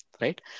right